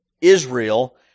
Israel